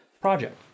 project